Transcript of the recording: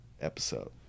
episode